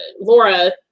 Laura